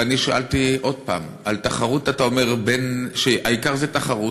ואני שאלתי, עוד פעם: אתה אומר, העיקר זה תחרות,